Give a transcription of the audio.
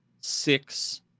six